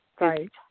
Right